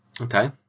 Okay